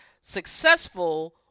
successful